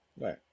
Right